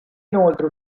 inoltre